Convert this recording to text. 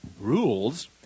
rules